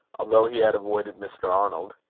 although he had avoided mr. arnold.